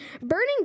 burning